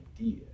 idea